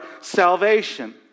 salvation